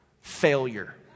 failure